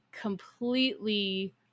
completely